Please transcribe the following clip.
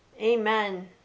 Amen